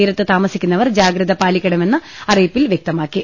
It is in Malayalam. തീരത്ത് താമ സിക്കുന്നവർ ജാഗ്രത പാലിക്കണമെന്ന് അറിയിപ്പിൽ വൃക്തമാക്കി